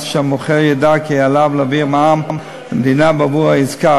שהמוכר ידע כי עליו להעביר מע"מ למדינה בעבור העסקה.